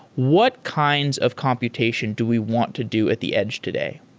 what kinds of computation do we want to do at the edge today?